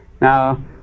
Now